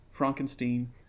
Frankenstein